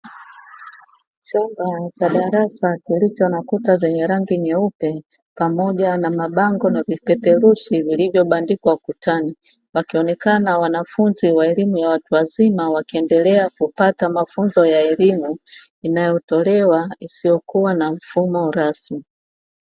Chumba cha darasa kilicho na kuta zenye rangi nyeupe pamoja na mabango na vipeperushi vilivyobandikwa ukutani, wakionekana wanafunzi wa elimu ya watu wazima wakiendelea kupata mafunzo ya elimu inayotolewa isiyokuwa na mfumo rasmi.